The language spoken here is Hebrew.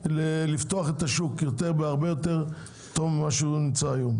לפתוח את השוק בהרבה יותר ממה שהוא נמצא היום.